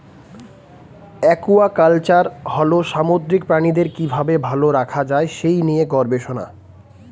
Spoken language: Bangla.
একুয়াকালচার হল সামুদ্রিক প্রাণীদের কি ভাবে ভালো রাখা যায় সেই নিয়ে গবেষণা